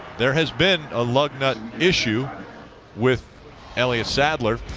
there has been a lug nut issue with elliott sadler.